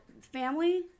family